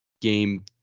game